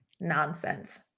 Nonsense